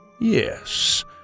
Yes